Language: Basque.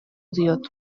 diot